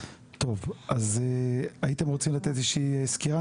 טוב, אז הייתם רוצים לתת איזושהי סקירה.